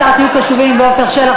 רישיון